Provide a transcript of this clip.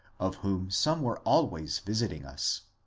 of whom some were always visiting us.